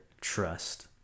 trust